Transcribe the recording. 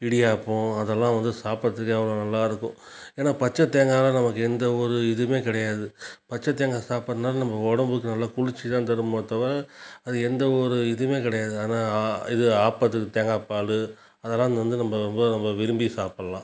இடியாப்பம் அதெலாம் வந்து சாப்புடுறதுக்கே அவ்வளோக நல்லாருக்கும் ஏன்னா பச்சை தேங்காயால் நமக்கு எந்த ஒரு இதுவுமே கிடையாது பச்சை தேங்காய் சாப்புடுறதுனால நம்ப உடம்புக்கு நல்ல குளிர்ச்சி தான் தருமே தவிர அது எந்த ஒரு இதுவுமே கிடையாது ஆனால் இது ஆப்பத்துக்கு தேங்காய்ப்பாலு அதெல்லாம் இங்கே வந்து நம்ப ரொம்ப ரொம்ப விரும்பி சாப்புடலாம்